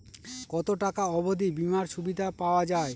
কত টাকা অবধি বিমার সুবিধা পাওয়া য়ায়?